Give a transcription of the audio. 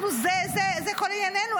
אנחנו, זה כל ענייננו.